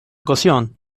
ocasión